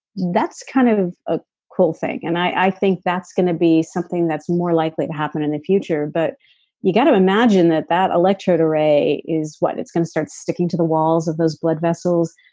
that's kind of a cool thing and i think that's going to be something that's more likely to happen in the future. but you got to imagine that, that electrode array is what, it's going to start sticking to the walls of those blood vessels.